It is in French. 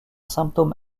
symptôme